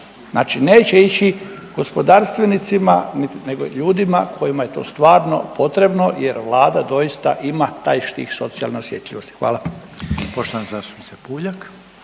znači neće ići gospodarstvenicima, niti, nego ljudima kojima je to stvarno potrebno jer Vlada doista ima taj štih socijalne osjetljivosti, hvala.